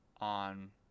on